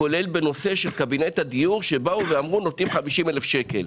כולל בנושא של קבינט הדיור שבאו ואמרו נותנים 50,000 שקלים.